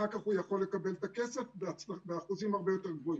אחר כך הוא יכול לקבל את הכסף באחוזים הרבה יותר גבוהים.